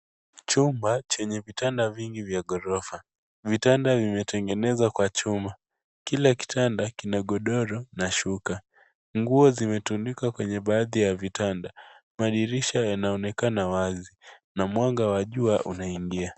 Chumba chenye vitanda vingi vya ghorofa, vitanda vimetengenezwa kwa chuma, kila kitanda kina godoro na shuka, nguo zimetundikwa kwenye baadhi ya vitanda, madirisha yanaonekana wazi na mwanga wa jua unaingia.